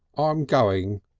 um going,